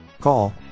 Call